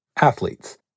athletes